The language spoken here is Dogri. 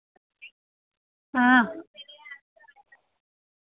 हां